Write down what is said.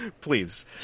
Please